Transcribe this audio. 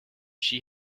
she